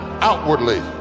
outwardly